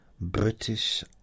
British